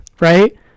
right